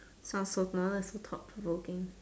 sounds so uh so thought provoking